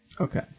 Okay